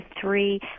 three